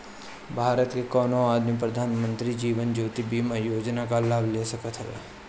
भारत के कवनो आदमी प्रधानमंत्री जीवन ज्योति बीमा योजना कअ लाभ ले सकत हवे